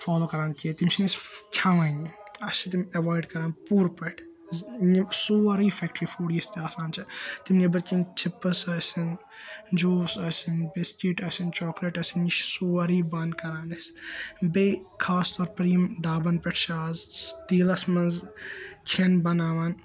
follow کَران کیٚنٛہہ تِم چھِنہٕ أسۍ کھیٚوان اَسہِ چھِ تِم ایٚوایِڈ کَران پورٕ پٲٹھۍ زِ سورٕے فیٚکٹری فُڈ یُس تہٕ آسان چھِ تِم نٮ۪بٕر کِنۍ چپٕس ٲسن جوس ٲسِن بِسکِٹ آسِن چاکلیٹ آسِن یہِ چھِ سورٕے بَنٛد کَران أسۍ بیٚیہِ خاص طور پر یِم ڈابَن پؠٹھ چھ آز تیٖلَس منٛز کھٮ۪ن بَناوان